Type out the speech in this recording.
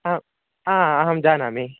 आं हा अहं जानामि